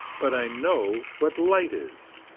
but i know what light is.